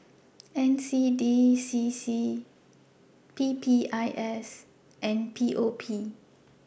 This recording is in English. NCDCC PPIS and POP